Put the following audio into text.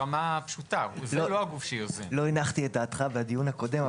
לא הנחתי את דעתך בדיון הקודם,